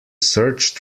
search